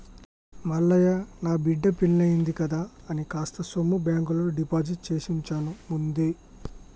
మల్లయ్య నా బిడ్డ పెల్లివుంది కదా అని కాస్త సొమ్ము బాంకులో డిపాజిట్ చేసివుంచాను ముందే